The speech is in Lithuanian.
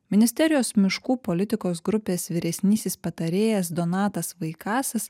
ministerijos miškų politikos grupės vyresnysis patarėjas donatas vaikasas